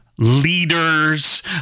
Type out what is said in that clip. Leaders